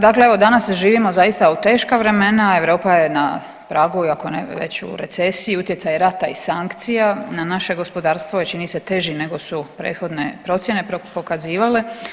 Dakle, evo danas živimo zaista u teška vremena, Europa je na pragu i ako ne već u recesiji, utjecaj rata i sankcija na naše gospodarstvo je čini se teži nego su prethodne procjene pokazivale.